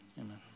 amen